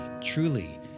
truly